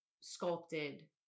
sculpted